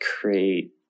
create